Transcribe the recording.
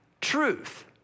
truth